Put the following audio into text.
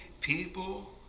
People